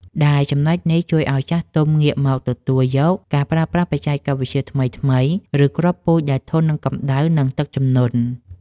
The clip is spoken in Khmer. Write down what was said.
ដែលចំណុចនេះជួយឱ្យចាស់ទុំងាកមកទទួលយកការប្រើប្រាស់បច្ចេកវិទ្យាថ្មីៗ ឬគ្រាប់ពូជដែលធន់នឹងកម្តៅ និងទឹកជំនន់។